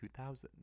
2000s